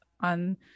on